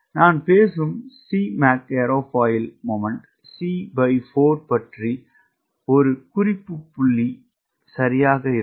நான் பேசும் Cmac airfoil moment C4 பற்றி ஒரு குறிப்பு புள்ளி சரியாக இருக்கும்